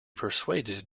persuaded